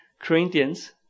Corinthians